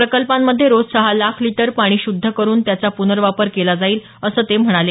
प्रकल्पांमध्ये रोज सहा लाख लिटर पाणी शुद्ध करुन त्याचा पुर्नवापर केला जाईल असं ते म्हणाले